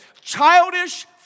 Childish